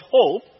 hope